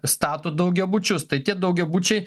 stato daugiabučius tai tie daugiabučiai